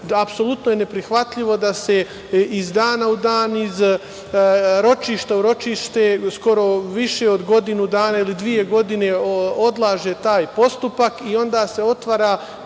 apsolutno je neprihvatljivo da se iz dana u dan, iz ročišta u ročište skoro više od godinu dana ili dve godine odlaže taj postupak i onda se otvara